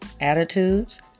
attitudes